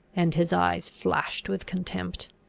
and his eyes flashed with contempt.